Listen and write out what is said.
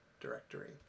directory